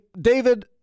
David